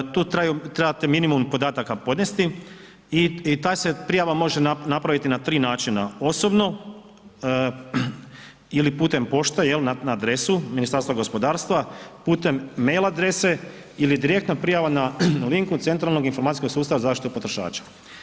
Tu trebate minimum podataka podnesti i ta se prijava može napraviti na 3 načina, osobno ili putem pošte, je li na adresu Ministarstva gospodarstva, putem mail adrese ili direktna prijava na link u Centralni informacijski sustav za zaštitu potrošača.